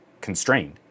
constrained